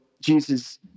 Jesus